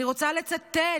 אני רוצה לצטט